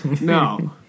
No